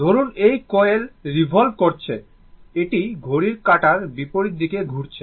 ধরুন এই coil revolve করছে এটি ঘড়ির কাঁটার বিপরীত দিকে ঘুরছে